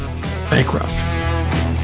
Bankrupt